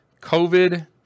covid